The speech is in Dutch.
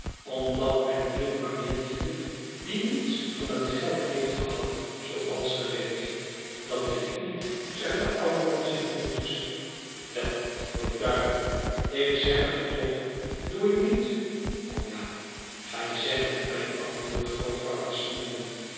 omdat mijn vriend bagnet hier die niets van het geld heeft gehad zooals ge weet dat weet ik niet zegt de oude man zeer koeltjes wel voor den duivel ik zeg het u toch doe ik niet o ja gij zegt het mij antwoordt grootvader